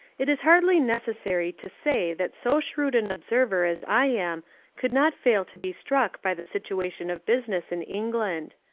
it is hardly necessary to say that so shrewd an observer as i am could not fail to be struck by the situation of business in england.